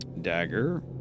Dagger